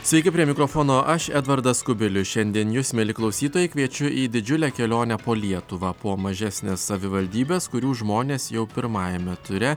sveiki prie mikrofono aš edvardas kubilius šiandien jus mieli klausytojai kviečiu į didžiulę kelionę po lietuvą po mažesnes savivaldybes kurių žmonės jau pirmajame ture